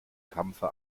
kampfe